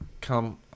Come